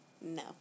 no